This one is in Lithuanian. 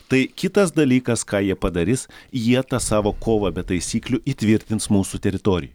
tai kitas dalykas ką jie padarys jie tą savo kovą be taisyklių įtvirtins mūsų teritorijoj